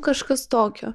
kažkas tokio